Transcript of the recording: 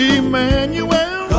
Emmanuel